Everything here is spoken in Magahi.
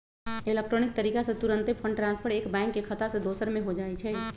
इलेक्ट्रॉनिक तरीका से तूरंते फंड ट्रांसफर एक बैंक के खता से दोसर में हो जाइ छइ